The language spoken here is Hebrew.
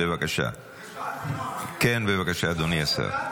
בבקשה, אדוני השר.